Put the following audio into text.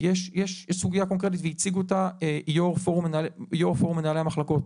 יש סוגיה קונקרטית והציג אותה יו"ר פורום מנהלי המחלקות.